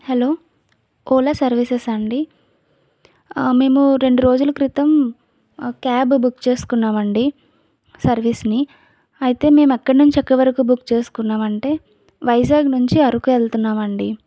hello Ola సర్వీసెసా అండి మేము రెండు రోజులు క్రితం క్యాబ్ బుక్ చేసుకున్నామండి సర్వీస్ని అయితే మేము అక్కది నుంచి ఎక్కడి వరకు బుక్ చేసుకున్నామంటే వైజాగ్ నుంచి అరకు వెళ్తున్నామండి